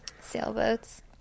Sailboats